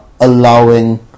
allowing